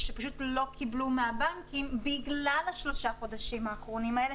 שפשוט לא קיבלו מהבנקים בגלל שלושה החודשים האחרונים האלה,